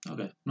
Okay